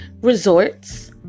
resorts